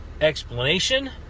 explanation